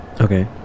Okay